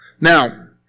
Now